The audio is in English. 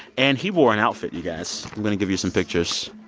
and he wore an outfit, you guys. i'm going to give you some pictures.